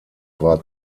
war